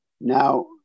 now